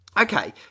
Okay